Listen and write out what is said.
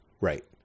right